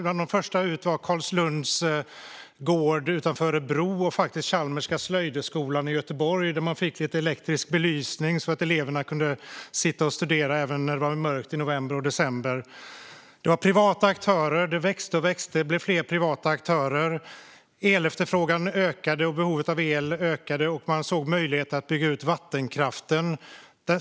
Bland de första ut var Karlslunds gård utanför Örebro och faktiskt Chalmerska slöjdskolan i Göteborg, där man fick lite elektrisk belysning så att eleverna kunde sitta och studera även när det var mörkt i november och december. Det växte och växte, och det blev fler privata aktörer. Efterfrågan och behovet av el ökade, och man såg en möjlighet att bygga ut vattenkraften.